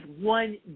one